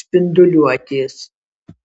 spinduliuotės